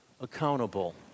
accountable